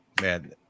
man